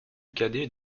cadets